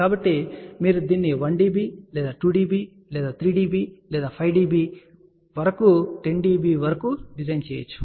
కాబట్టి మీరు దీన్ని 1 dB లేదా 2 dB లేదా 3 dB లేదా 5 dB వరకు 10 dB వరకు డిజైన్ చేయవచ్చు